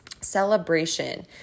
celebration